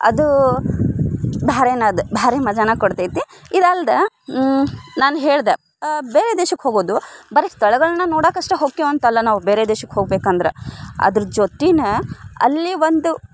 ಅದೂ ಬೇರೆನಾದ್ ಬೇರೆ ಮಜಾನ ಕೊಡ್ತೈತಿ ಇದು ಅಲ್ದೇ ನಾನು ಹೇಳಿದೆ ಬೇರೆ ದೇಶಕ್ಕೆ ಹೋಗೋದು ಬರೀ ಸ್ಥಳಗಳನ್ನ ನೋಡೋಕೆ ಅಷ್ಟೇ ಹೋಕ್ಕಾವ ಅಂತ ಅಲ್ಲ ನಾವು ಬೇರೆ ದೇಶಕ್ಕೆ ಹೋಗ್ಬೇಕು ಅಂದ್ರೆ ಅದ್ರ ಜೊತೆನೆ ಅಲ್ಲಿ ಒಂದು